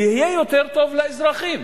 ויהיה יותר טוב לאזרחים?